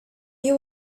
you